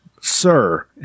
Sir